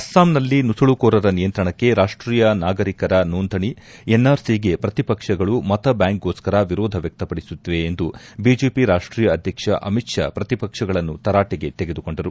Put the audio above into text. ಅಸ್ಸಾಂನಲ್ಲಿ ನುಸುಳುಕೋರರ ನಿಯಂತ್ರಣಕ್ಕೆ ರಾಷ್ಷೀಯ ನಾಗರಿಕರ ನೊಂದಣಿ ಎನ್ಆರ್ಒಗೆ ಪ್ರತಿ ಪಕ್ಷಗಳು ಮತ ಬ್ಲಾಂಕ್ಗೋಸ್ಗರ ವಿರೋಧ ವ್ಯಕ್ತಪಡಿಸುತ್ತಿವೆ ಎಂದು ಬಿಜೆಪಿ ರಾಷ್ಷೀಯ ಅಧ್ಯಕ್ಷ ಅಮಿತ್ ಷಾ ಪ್ರತಿಪಕ್ಷಗಳನ್ನು ತರಾಟೆಗೆ ತೆಗೆದುಕೊಂಡರು